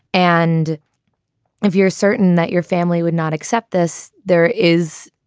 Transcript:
and if you're certain that your family would not accept this, there is.